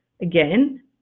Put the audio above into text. Again